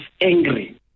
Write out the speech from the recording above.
angry